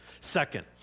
Second